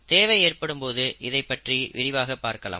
தேவை ஏற்படும் போது இதைப் பற்றி விரிவாக பார்க்கலாம்